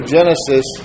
Genesis